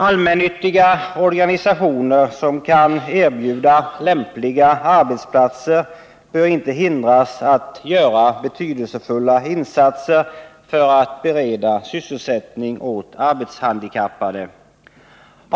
Allmännyttiga organisationer som kan erbjuda lämpliga arbetsplatser bör inte hindras att göra betydelsefulla insatser för att bereda sysselsättning åt arbetshandikappade.